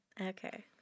Okay